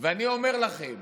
ואני אומר לכם